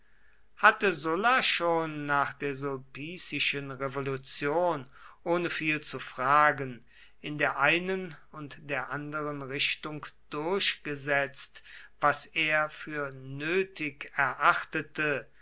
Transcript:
hatte sulla schon nach der sulpicischen revolution ohne viel zu fragen in der einen und der andern richtung durchgesetzt was er für nötig erachtete